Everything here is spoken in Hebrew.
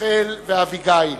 רחל ואביגיל,